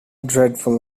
dreadful